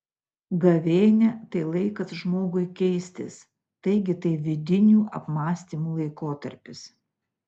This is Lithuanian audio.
gavėnia tai laikas žmogui keistis taigi tai vidinių apmąstymų laikotarpis